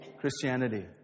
Christianity